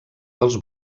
dels